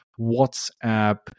whatsapp